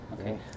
Okay